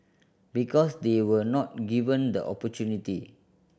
because they were not given the opportunity